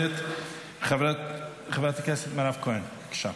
מוותרת, חברת הכנסת מירב כהן, בבקשה.